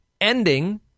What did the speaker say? ending